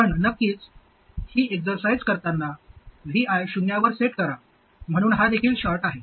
पण नक्कीच हि एक्झरसाईझ करतांना Vi शून्यवर सेट करा म्हणून हा देखील शॉर्ट आहे